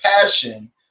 passion